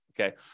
okay